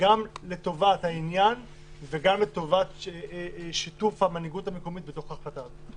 גם לטובת העניין וגם לטובת שיתוף המנהיגות המקומית בהחלטה הזאת.